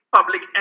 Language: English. public